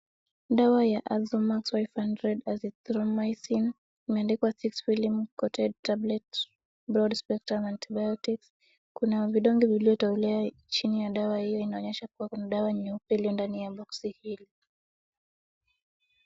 Dawa ya Azomax five hundred Azithromycin imeandikwa six film coated tablet broad spectrum antibiotic . Kuna vidonge viliotolea chini ya dawa hiyo inaonyesha kuna dawa nyeupe iliyondani ya boksi hili.